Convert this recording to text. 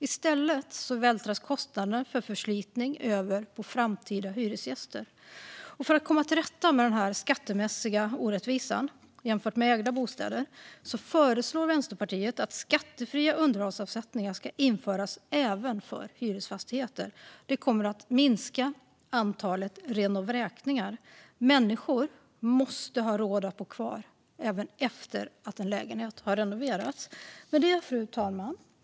I stället vältras kostnaderna för förslitning över på framtida hyresgäster. För att komma till rätta med denna skattemässiga orättvisa, jämfört med ägda bostäder, föreslår Vänsterpartiet att skattefria underhållsavsättningar ska införas även för hyresfastigheter. Det kommer att minska antalet renovräkningar. Människor måste ha råd att bo kvar även efter det att en lägenhet har renoverats. Fru talman!